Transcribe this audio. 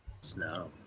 Snow